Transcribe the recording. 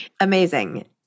Amazing